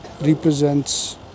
represents